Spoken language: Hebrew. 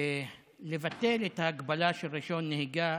לבטל את ההגבלה של רישיון נהיגה